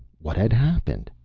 what had happened?